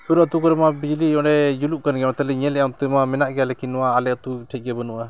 ᱥᱩᱨᱩ ᱟᱛᱳ ᱠᱚᱨᱮ ᱢᱟ ᱵᱤᱡᱽᱞᱤ ᱚᱸᱰᱮ ᱡᱩᱞᱩᱜ ᱠᱟᱱ ᱜᱮᱭᱟ ᱚᱱᱛᱮ ᱞᱤᱧ ᱧᱮᱞᱮᱜᱼᱟ ᱚᱱᱛᱮᱢᱟ ᱢᱮᱱᱟᱜ ᱜᱮᱭᱟ ᱞᱮᱠᱤᱱ ᱱᱚᱣᱟ ᱟᱞᱮ ᱟᱛᱳ ᱴᱷᱮᱱ ᱜᱮ ᱵᱟᱹᱱᱩᱜᱼᱟ